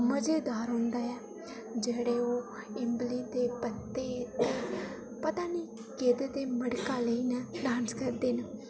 मजेदार होंदा ऐ जेह्ड़े ओह् इम्मली दे पत्ते ओह् पता नेईं कऐह्दे ते मटका लेई ने डांस करदे न